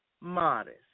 modest